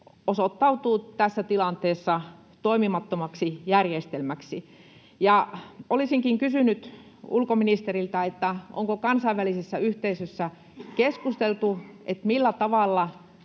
osoittautuu tässä tilanteessa toimimattomaksi järjestelmäksi. Olisinkin kysynyt ulkoministeriltä: onko kansainvälisessä yhteisössä keskusteltu, millä tavalla